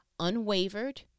unwavered